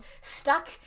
stuck